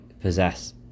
possess